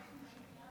(קוראת בשמות חברי